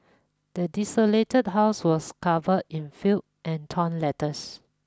the desolated house was covered in filth and torn letters